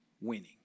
winning